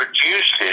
produces